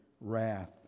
wrath